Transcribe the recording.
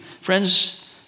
Friends